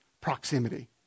proximity